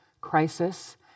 crisis